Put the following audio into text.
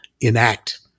enact